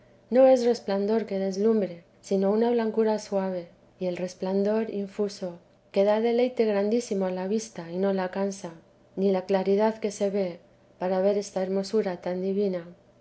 no es resplandor que deslumbre sino una blancura suave y el resplandor infuso que da deleite grandísimo a la vista y no la cansa ni la claridad que se ve para ver esta hermosura tan divina